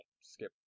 skip